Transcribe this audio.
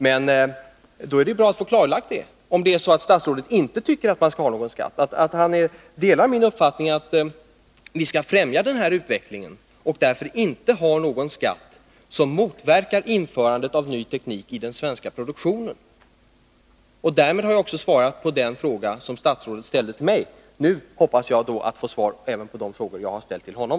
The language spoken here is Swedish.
Men då är det ju bra att få klarlagt om statsrådet tycker att man inte skall ha någon skatt och om han delar min uppfattning att vi skall främja denna utveckling och därför inte ha någon skatt som motverkar införandet av ny teknik i den svenska produktionen. Därmed har jag också svarat på den fråga som statsrådet ställde till mig. Nu hoppas jag få svar även på de frågor som jag har ställt till honom.